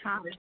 चालेल